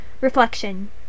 reflection